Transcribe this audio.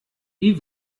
wie